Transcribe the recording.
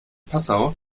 passau